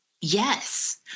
Yes